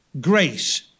grace